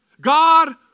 God